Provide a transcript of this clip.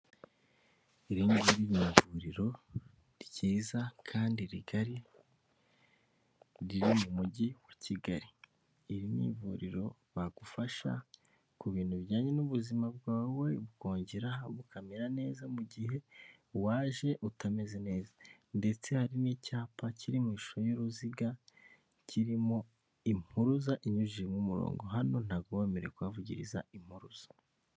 Iri ngiri ni iyavuriro ryiza kandi rigari riri mu mujyi wa Kigali, iri ni ivuriro bagufasha ku bintu bijyanye n'ubuzima bwawe bukongera bukamera neza mu gihe waje utameze neza, ndetse hari n'icyapa kiri mu shusho y'uruziga kirimo impuruza inyujijemo umurongo, hano ntabwo uba wemerewe kuhavugiriza impuruza.